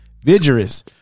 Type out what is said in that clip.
vigorous